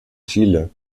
chile